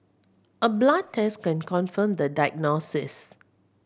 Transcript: a blood test can confirm the diagnosis